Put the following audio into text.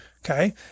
Okay